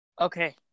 Okay